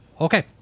Okay